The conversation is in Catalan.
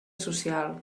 social